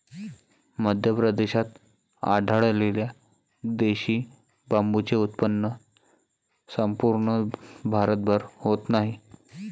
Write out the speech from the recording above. मध्य प्रदेशात आढळलेल्या देशी बांबूचे उत्पन्न संपूर्ण भारतभर होत नाही